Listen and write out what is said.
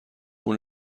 اون